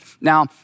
Now